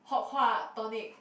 Hock-Hwa Tonic